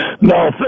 No